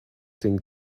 thing